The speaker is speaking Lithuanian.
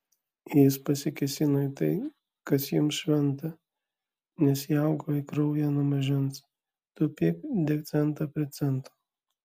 jis pasikėsino į tai kas jums šventa nes įaugo į kraują nuo mažens taupyk dėk centą prie cento